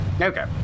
Okay